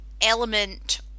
element